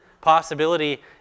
possibility